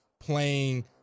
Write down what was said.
playing